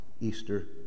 Easter